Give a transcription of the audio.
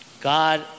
God